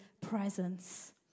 presence